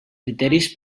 criteris